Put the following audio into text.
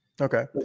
Okay